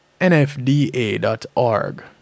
nfda.org